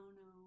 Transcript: no